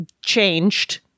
changed